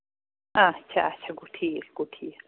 آچھا اَچھا گوٚو ٹھیٖک گوٚو ٹھیٖک